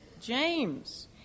James